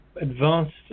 advanced